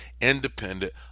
Independent